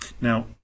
Now